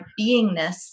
beingness